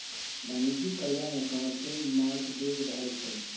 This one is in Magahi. वाणिज्यिक करजा में कमर्शियल मॉर्टगेज रहै छइ